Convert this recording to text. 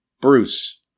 Bruce